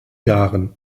jahren